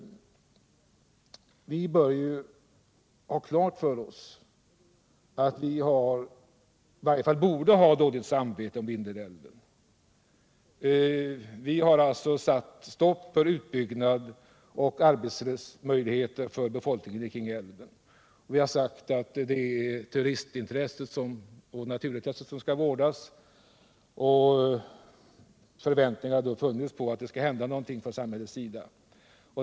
Vi borde ha dåligt samvete när det gäller Vindelälven. Vi har satt stopp för utbyggnad av älven och därmed för arbetsmöjligheter åt befolkningen kring älven. Vi har sagt att det är ett turistintresse att älven vårdas, och det har då uppstått förväntningar på att samhället skall vidta andra åtgärder.